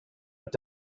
have